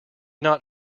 not